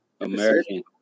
American